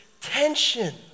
tension